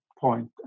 point